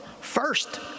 First